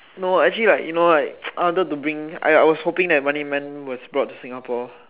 no actually like you know like I wanted to bring I was hoping that running man was brought to Singapore